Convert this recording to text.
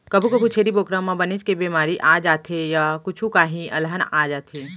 कभू कभू छेरी बोकरा म बनेच के बेमारी आ जाथे य कुछु काही अलहन आ जाथे